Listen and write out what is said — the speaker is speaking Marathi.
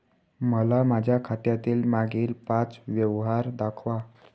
मला माझ्या खात्यातील मागील पांच व्यवहार दाखवा